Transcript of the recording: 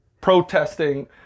protesting